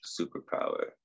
superpower